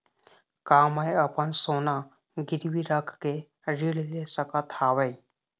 का मैं अपन सोना गिरवी रख के ऋण ले सकत हावे?